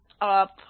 up